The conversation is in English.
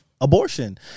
Abortion